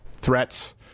threats